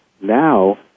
now